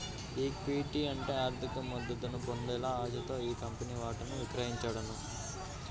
equity అంటే ఆర్థిక మద్దతును పొందాలనే ఆశతో మీ కంపెనీలో వాటాను విక్రయించడం